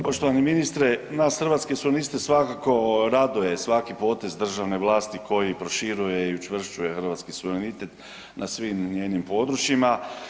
Poštovani ministre, nas Hrvatske suvereniste svakako raduje svaki potez državne vlasti koji proširuje i učvršćuje hrvatski suverenitet na svim njenim područjima.